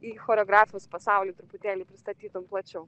į choreografijos pasaulį truputėlį pristatytum plačiau